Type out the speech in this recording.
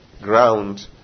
ground